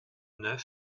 neuf